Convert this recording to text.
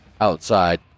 outside